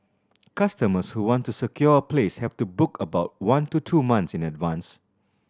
customers who want to secure a place have to book about one to two months in advance